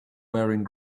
wearing